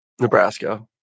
Nebraska